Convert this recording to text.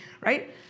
right